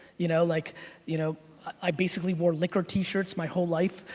you know like you know i basically wore liquor t-shirts my whole life,